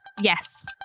Yes